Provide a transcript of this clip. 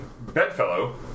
bedfellow